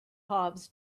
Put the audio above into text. hobs